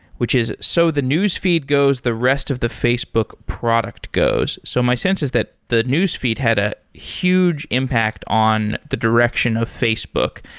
which is so the newsfeed goes, the rest of the facebook product goes. so my sense is that the newsfeed had a huge impact on the direction of facebook.